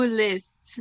lists